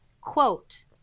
quote